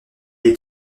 est